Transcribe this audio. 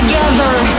Together